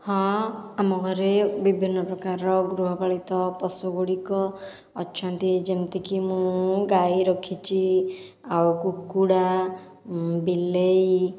ହଁ ଆମ ଘରେ ବିଭିନ୍ନ ପ୍ରକାରର ଗୃହପାଳିତ ପଶୁଗୁଡ଼ିକ ଅଛନ୍ତି ଯେମିତିକି ମୁଁ ଗାଈ ରଖିଛି ଆଉ କୁକୁଡ଼ା ବିଲେଇ